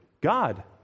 God